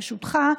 ברשותך,